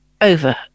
over